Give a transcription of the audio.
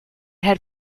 had